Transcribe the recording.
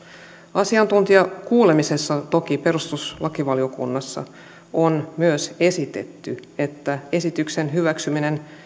asiantuntijakuulemisessa perustuslakivaliokunnassa toki on myös esitetty että esityksen hyväksyminen